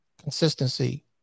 consistency